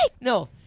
No